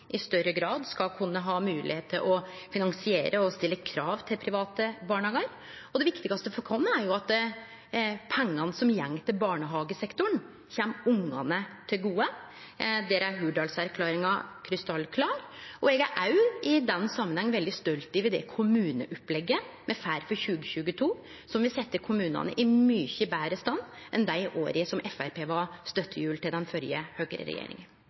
i større grad skal kunne ha moglegheit til å finansiere og stille krav til private barnehagar. Det viktigaste for oss er at pengane som går til barnehagesektoren, kjem ungane til gode. Der er Hurdalsplattforma krystallklar. Eg er òg i den samanhengen veldig stolt over det kommuneopplegget me får for 2022, som vil setje kommunane i mykje betre stand enn under dei åra som Framstegspartiet var støttehjul